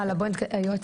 הלאה בואו נתקדם.